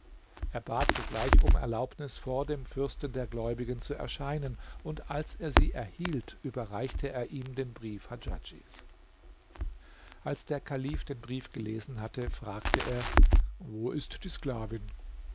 er bat sogleich um erlaubnis vor dem fürsten der gläubigen zu erscheinen und als er sie erhielt überreichte er ihm den brief hadjadjs als der kalif den brief gelesen hatte fragte er wo ist die sklavin